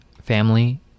Family